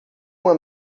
uma